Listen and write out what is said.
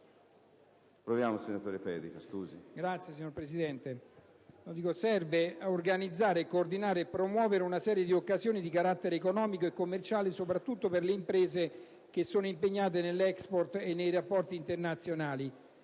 che il Memorandum serve a organizzare, coordinare e promuovere una serie di occasioni di carattere economico e commerciale soprattutto per le imprese che sono impegnate nell'*export* e nei rapporti internazionali.